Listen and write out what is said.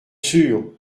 sûr